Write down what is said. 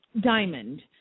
Diamond